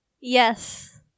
yes